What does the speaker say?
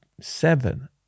seven